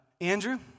Andrew